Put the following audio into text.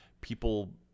people